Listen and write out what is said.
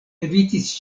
evitis